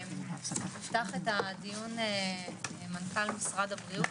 נפתח את הדיון עם מנכ"ל משרד הבריאות,